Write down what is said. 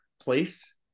place